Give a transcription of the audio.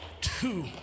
two